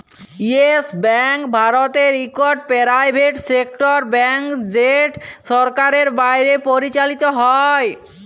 yes Bank ভারতের ইকট private sector bank যেট সরকারের বাইরে পরিচালিত হ্যয়